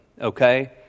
Okay